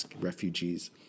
refugees